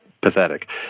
pathetic